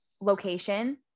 location